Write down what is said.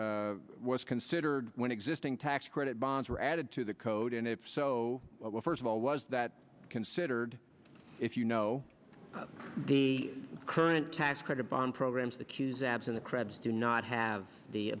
was considered when existing tax credit bonds were added to the code and if so what first of all was that considered if you know the current tax credit bond programs the qs adds in the crabs do not have the